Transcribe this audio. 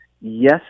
yes